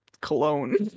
cologne